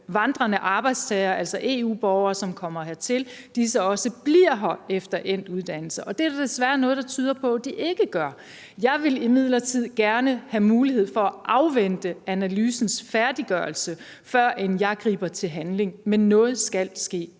vandrende arbejdstagere, altså EU-borgere, som kommer hertil, også bliver her efter endt uddannelse. Og der er desværre noget, der tyder på, at de ikke gør det. Jeg vil imidlertid gerne have mulighed for at afvente analysens færdiggørelse, før jeg griber til handling. Men noget skal ske.